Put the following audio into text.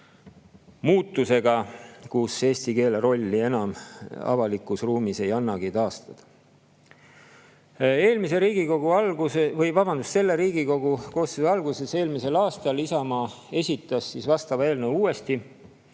muutusega, kus eesti keele rolli enam avalikus ruumis ei annagi taastada. Selle Riigikogu koosseisu alguses eelmisel aastal Isamaa esitas vastava eelnõu uuesti